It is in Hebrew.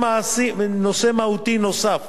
נושא מהותי נוסף